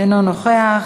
אינו נוכח,